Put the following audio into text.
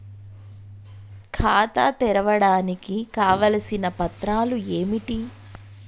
ఖాతా తెరవడానికి కావలసిన పత్రాలు ఏమిటి?